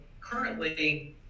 currently –